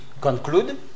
conclude